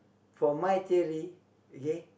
for my theory okay